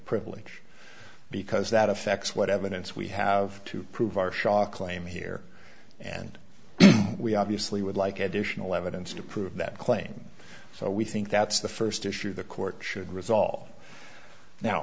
privilege because that affects what evidence we have to prove our shark claim here and we obviously would like additional evidence to prove that claim so we think that's the first issue the court should resolve now